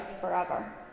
forever